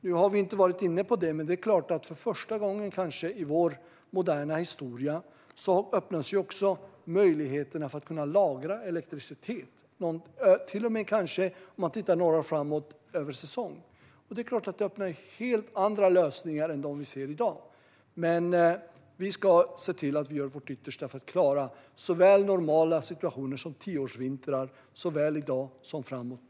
Nu har vi inte varit inne på det, men för första gången i vår moderna historia öppnas också möjligheten att kunna lagra elektricitet, kanske till och med över säsong om man tittar några år framåt. Det är klart att det öppnar för helt andra lösningar än dem vi ser i dag. Vi ska göra vårt yttersta för att klara såväl normala situationer som tioårsvintrar, i dag och framåt.